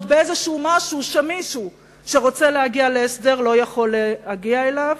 במשהו שמישהו שרוצה להגיע להסדר לא יכול להגיע אליו.